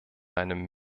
einem